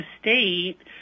state